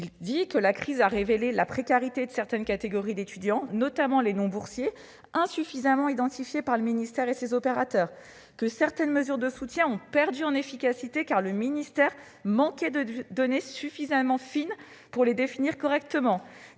observe que la crise a révélé la précarité de certaines catégories d'étudiants, notamment les non-boursiers, insuffisamment identifiées par le ministère et par ses opérateurs. Elle ajoute que certaines mesures de soutien ont perdu en efficacité, car le ministère manquait de données suffisamment fines pour les définir correctement.